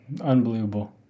Unbelievable